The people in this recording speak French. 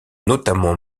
notamment